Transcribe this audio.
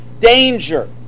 danger